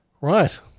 right